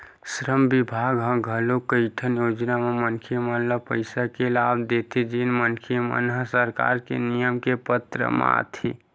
श्रम बिभाग ह घलोक कइठन योजना म मनखे मन ल पइसा के लाभ देथे जेन मनखे मन ह सरकार के नियम के पात्र म आथे